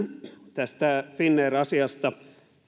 tästä finnair asiasta